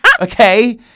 Okay